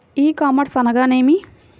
E commerce అనగానేమి?